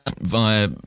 via